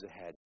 ahead